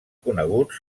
coneguts